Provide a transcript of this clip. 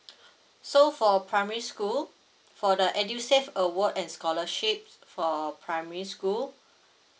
so for primary school for the edusave award and scholarships for primary school